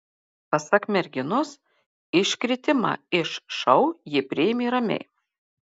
pasak merginos iškritimą iš šou ji priėmė ramiai